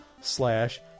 slash